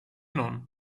non